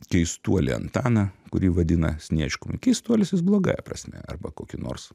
keistuolį antaną kurį vadina sniečkum keistuolis jis blogąja prasme arba kokį nors